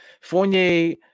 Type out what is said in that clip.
Fournier